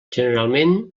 generalment